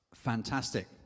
Fantastic